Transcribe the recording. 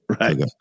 Right